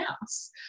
house